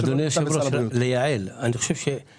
אדוני היושב-ראש, כדאי לייעל את הדיון.